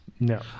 No